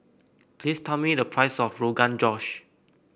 please tell me the price of Rogan Josh